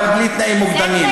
אבל בלי תנאים מוקדמים.